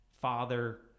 father